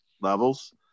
levels